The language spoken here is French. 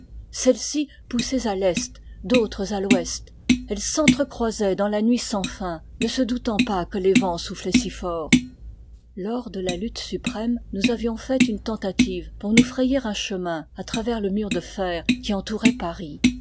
celles-ci poussées à l'est d'autres à l'ouest elles s'entre-croisaient dans la nuit sans fin ne se doutant pas que les vents soufflaient si fort lors de la lutte suprême nous avions fait une tentative pour nous frayer un chemin à travers le mur de fer qui entourait paris